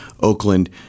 Oakland